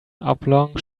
oblong